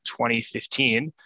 2015